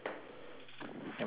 let me take a look